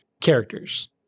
characters